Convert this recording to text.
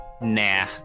nah